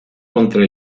contra